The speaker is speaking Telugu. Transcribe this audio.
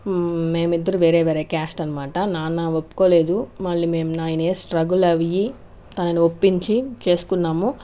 మేమిద్దరం వేరే వేరే క్యాస్ట్ అనమాట నాన్న ఒప్పుకోలేదు మళ్ళీ మేము నైన్ ఇయర్స్ స్ట్రగుల్ అయ్యి తనని ఒప్పించి చేసుకున్నాము